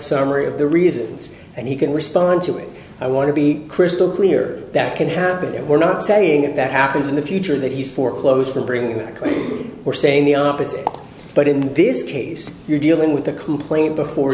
summary of the reasons and he can respond to it i want to be crystal clear that can happen if we're not saying that that happens in the future that he's for clothes for bringing or saying the opposite but in this case you're dealing with a complaint before